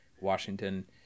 washington